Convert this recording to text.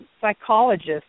psychologist